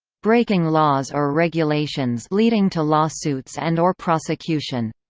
breaking laws or regulations leading to lawsuits and or prosecution